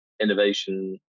innovation